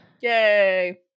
Yay